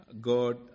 God